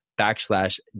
backslash